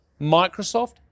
Microsoft